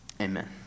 Amen